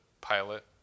pilot